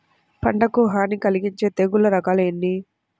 పంటకు హాని కలిగించే తెగుళ్ల రకాలు ఎన్ని?